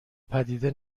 پدیده